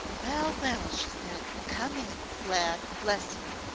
well, well, she said, come in, glad, bless yer.